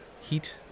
heat